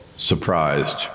surprised